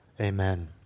Amen